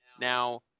Now